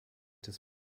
des